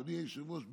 אדוני היושב-ראש,